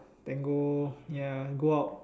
then go ya go out